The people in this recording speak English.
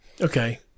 Okay